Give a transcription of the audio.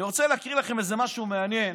אני רוצה להקריא לכם משהו מעניין